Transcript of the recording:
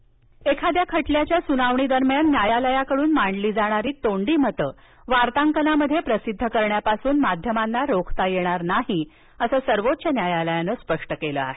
वार्ताकन एखाद्या खटल्याच्या सुनावणीदरम्यान न्यायालयाकडून मांडली जाणारी तोंडी मतं वार्तांकनात प्रसिद्ध करण्यापासून माध्यमांना रोखता येणार नाही असं सर्वोच्च न्यायालयानं स्पष्ट केलं आहे